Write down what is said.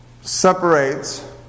separates